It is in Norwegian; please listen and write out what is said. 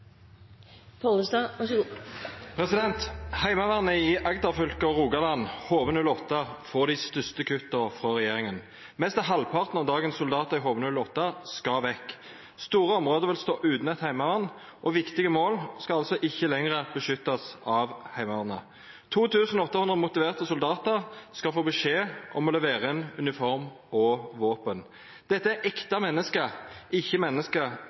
i Rogaland, HV-08, får dei største kutta frå regjeringa. Nesten halvparten av dagens soldatar i HV-08 skal vekk. Store område vil stå utan eit heimevern, og viktige mål skal altså ikkje lenger beskyttast av Heimevernet. 2 800 motiverte soldatar skal få beskjed om å levera inn uniform og våpen. Dette er ekte menneske, ikkje menneske